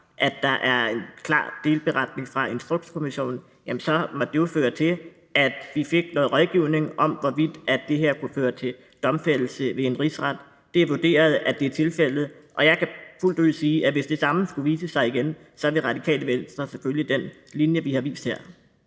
at der er en klar delberetning fra Instrukskommissionen, har det jo ført til, at vi fik noget rådgivning om, hvorvidt det her kunne føre til domfældelse ved en rigsret. Det er vurderet er tilfældet, og jeg kan klart sige, at hvis det samme skulle vise sig igen, vil Radikale Venstre følge den linje, vi har fulgt her.